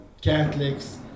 Catholics